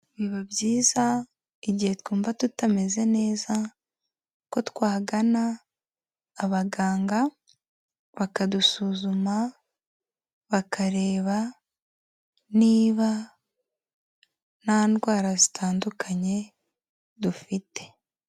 Biba byiza igihe twumva tutameze neza ko twagana abaganga, bakadusuzuma, bakareba niba nta ndwara zitandukanye dufite.